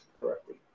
correctly